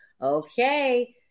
okay